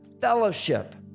fellowship